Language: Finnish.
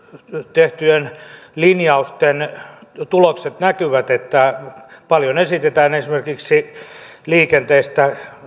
tehtyjen linjausten tulokset näkyvät paljon esitetään esimerkiksi liikenteeseen